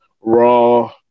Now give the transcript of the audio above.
Raw